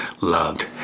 loved